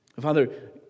Father